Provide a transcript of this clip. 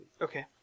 Okay